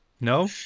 No